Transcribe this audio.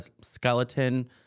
skeleton